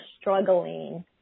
struggling